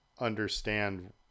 understand